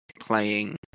playing